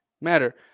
matter